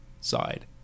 side